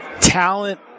talent